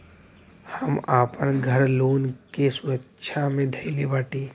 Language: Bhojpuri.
हम आपन घर लोन के सुरक्षा मे धईले बाटी